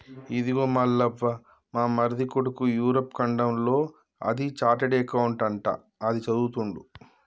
ఇదిగో మల్లవ్వ మా మరిది కొడుకు యూరప్ ఖండంలో అది చార్టెడ్ అకౌంట్ అంట అది చదువుతుండు